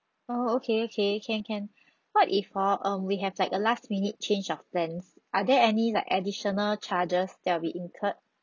oh okay okay can can what if orh um we have like a last minute change of plans are there any like additional charges that will be incurred